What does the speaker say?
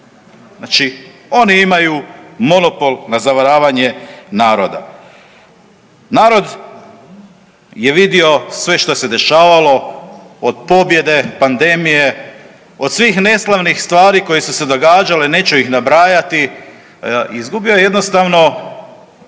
znači oni imaju monopol na zavaravanje naroda. Narod je vidio sve što se dešavalo, od pobjede, pandemije, od svih neslavnih stvari koje su se događale, neću ih nabrajati, izgubio je jednostavno